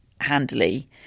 handily